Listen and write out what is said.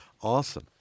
Awesome